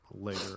later